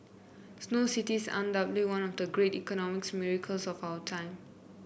Snow City is undoubtedly one of the great economic miracles of our time